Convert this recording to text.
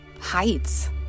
heights